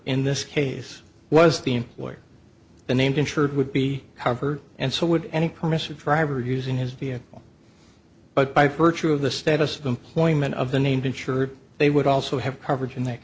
in this case was the employer the named insured would be covered and so would any permissive driver using his vehicle but by virtue of the status of employment of the named insured they would also have coverage and